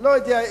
לא יודע,